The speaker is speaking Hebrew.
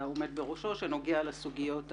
עומד בראשו שנוגע לסוגיות הסוציאליות,